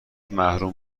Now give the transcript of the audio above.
محروم